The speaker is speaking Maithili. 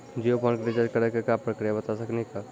जियो फोन के रिचार्ज करे के का प्रक्रिया बता साकिनी का?